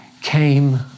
came